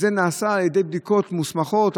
זה נעשה על ידי בדיקות מוסמכות,